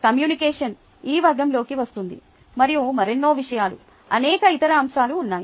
communication ఈ వర్గంలోకి వస్తుంది మరియు మరెన్నో విషయాలు అనేక ఇతర అంశాలు ఉన్నాయి